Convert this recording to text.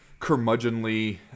curmudgeonly